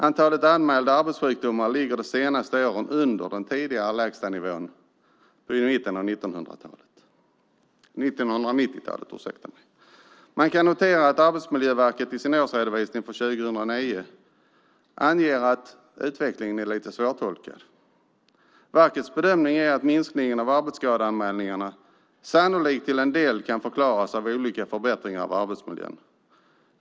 Antalet anmälda arbetssjukdomar ligger de senaste åren under den tidigare lägstanivån vid mitten av 1990-talet. Man kan notera att Arbetsmiljöverket i sin årsredovisning för 2009 anger att utvecklingen är lite svårtolkad. Verkets bedömning är att minskningen av arbetsskadeanmälningarna sannolikt till en del kan förklaras av olika förbättringar av arbetsmiljön.